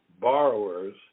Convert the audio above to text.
borrowers